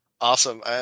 Awesome